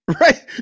Right